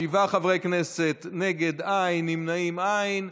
שבעה חברי כנסת, נגד, אין, נמנעים אין.